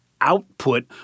output